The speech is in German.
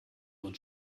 uns